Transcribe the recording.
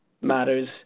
matters